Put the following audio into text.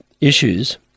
issues